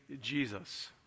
Jesus